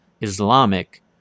Islamic